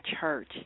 church